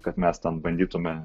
kad mes ten bandytume